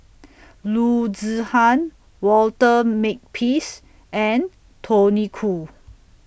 Loo Zihan Walter Makepeace and Tony Khoo